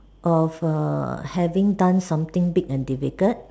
of err having done something big and difficult